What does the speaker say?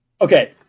okay